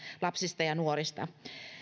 lapsista ja nuorista